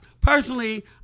Personally